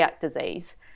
disease